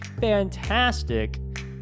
fantastic